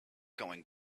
going